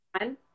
one